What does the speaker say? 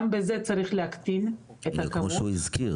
גם בזה צריך להקטין את הכמות -- הוא הזכיר